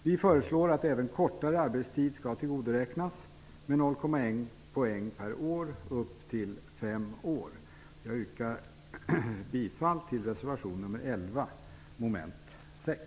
Vi föreslår att även kortare arbetserfarenhet skall tillgodoräknas med 0,1 poäng per år upp till fem år. Jag yrkar bifall till reservation nr 11 under mom.